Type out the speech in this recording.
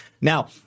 Now